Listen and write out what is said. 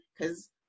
because-